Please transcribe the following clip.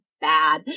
bad